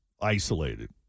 isolated